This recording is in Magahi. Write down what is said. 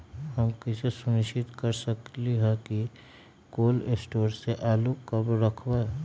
हम कैसे सुनिश्चित कर सकली ह कि कोल शटोर से आलू कब रखब?